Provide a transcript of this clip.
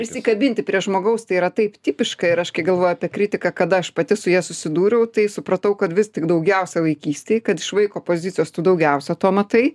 prisikabinti prie žmogaus tai yra taip tipiška ir aš kai galvoju apie kritiką kada aš pati su ja susidūriau tai supratau kad vis tik daugiausia vaikystėj kad iš vaiko pozicijos tu daugiausia to matai